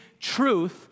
truth